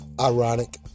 ironic